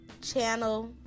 channel